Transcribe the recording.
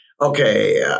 Okay